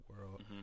world